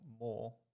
more